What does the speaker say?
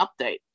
update